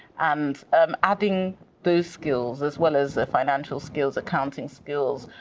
and um adding those skills, as well as financial skills, accounting skills,